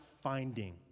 finding